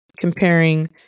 comparing